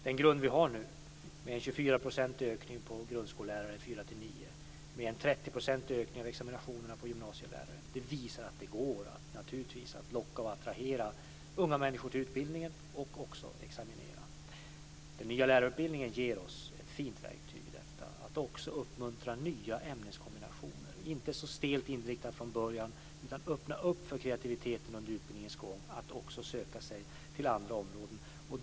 Den grund vi nu har med en 24-procentig ökning av grundskollärare för årskurs 4-9, en 30-procentig ökning av examinationerna för gymnasielärare visar att det går att locka och attrahera unga människor till utbildningen och också examinera. Den nya lärarutbildningen ger oss ett fint verktyg för detta och för att också uppmuntra nya ämneskombinationer. Det är inte så stelt inriktat från början utan öppnar för kreativiteten under utbildningens gång och att också söka sig till andra områden.